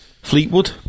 Fleetwood